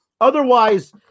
Otherwise